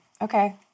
Okay